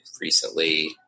recently